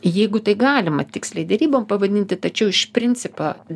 jeigu tai galima tiksliai derybom pavadinti tačiau iš principo